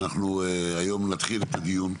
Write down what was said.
היום אנחנו נתחיל את הדיון.